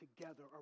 together